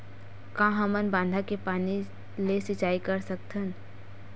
का हमन बांधा के पानी ले सिंचाई कर सकथन?